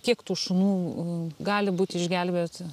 kiek tų šunų gali būti išgelbėt